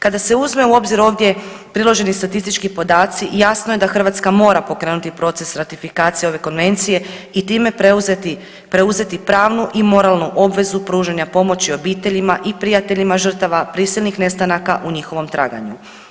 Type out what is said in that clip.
Kada se uzme u obzir ovdje priloženi statistički podaci, jasno je da Hrvatska mora pokrenuti proces ratifikacije ove Konvencije i time preuzeti pravnu i moralnu obvezu pružanja pomoći obiteljima i prijateljima žrtava prisilnih nestanaka u njihovom traganju.